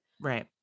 Right